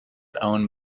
owned